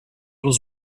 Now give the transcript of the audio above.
was